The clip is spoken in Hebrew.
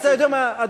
אתה יודע מה?